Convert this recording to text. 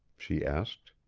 she asked.